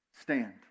stand